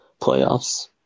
playoffs